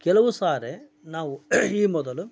ಕೆಲವು ಸಾರಿ ನಾವು ಈ ಮೊದಲು